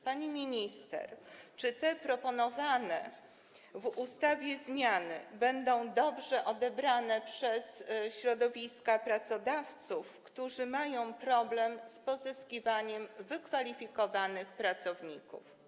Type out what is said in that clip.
Pani minister, czy te proponowane w ustawie zmiany będą dobrze odebrane przez środowiska pracodawców, którzy mają problem z pozyskiwaniem wykwalifikowanych pracowników?